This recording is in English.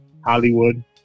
Hollywood